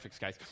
guys